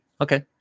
Okay